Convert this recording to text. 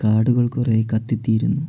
കാടുകൾ കുറേ കത്തി തീരുന്നു